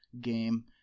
game